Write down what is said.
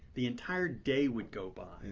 the entire day would go by,